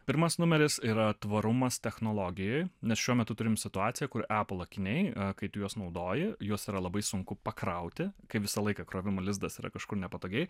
pirmas numeris yra tvarumas technologijoj nes šiuo metu turim situaciją kur apple akiniai kai tu juos naudoji juos yra labai sunku pakrauti kai visą laiką krovimo lizdas yra kažkur nepatogiai